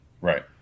Right